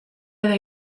edo